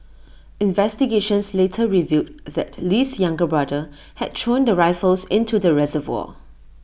investigations later revealed that Lee's younger brother had thrown the rifles into the reservoir